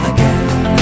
Again